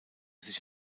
sich